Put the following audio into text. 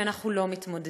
כי אנחנו לא מתמודדים.